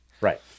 Right